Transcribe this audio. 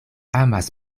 amas